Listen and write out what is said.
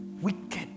wicked